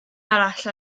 arall